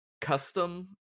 custom